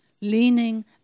Leaning